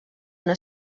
una